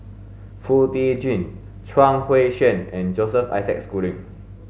Foo Tee Jun Chuang Hui Tsuan and Joseph Isaac Schooling